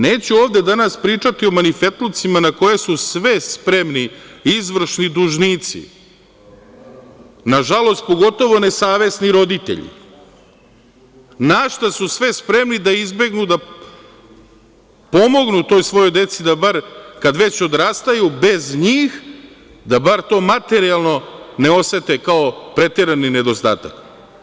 Neću ovde danas pričati o manifetlucima na koje su sve spremni izvršni dužnici, nažalost pogotovo nesavesni roditelji, na šta su sve spremni da izbegnu da pomognu toj svojoj deci kad već odrastaju bez njih da bar to materijalno ne osete kao preterani nedostatak.